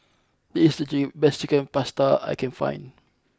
this is the best Chicken Pasta I can find